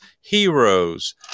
heroes